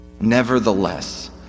nevertheless